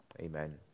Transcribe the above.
Amen